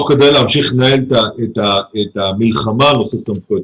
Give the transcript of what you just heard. כדי להמשיך לנהל את המלחמה על נושא סמכויות.